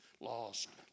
lost